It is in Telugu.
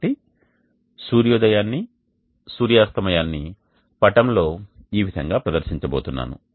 కాబట్టి సూర్యోదయాన్ని సూర్యాస్తమయాన్ని పటంలో ఈ విధంగా ప్రదర్శించబోతున్నాను